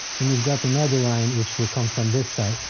and you've got another line, which will come from this side.